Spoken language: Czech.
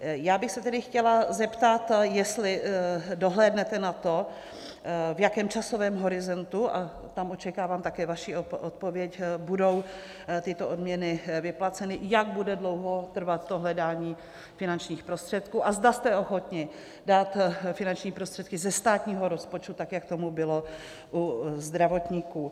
Já bych se tedy chtěla zeptat, jestli dohlédnete na to, v jakém časovém horizontu, a tam očekávám také vaši odpověď, budou tyto odměny vyplaceny, jak bude dlouho trvat to hledání finančních prostředků a zda jste ochotni dát finanční prostředky ze státního rozpočtu tak, jak tomu bylo u zdravotníků.